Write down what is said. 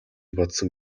бодсон